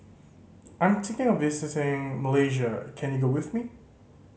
I'm thinking of visiting Malaysia can you go with me